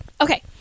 Okay